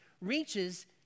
reaches